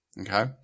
Okay